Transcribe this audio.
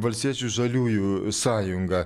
valstiečių žaliųjų sąjunga